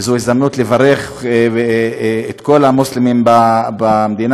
וזו הזדמנות לברך את כל המוסלמים במדינה